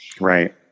Right